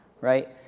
right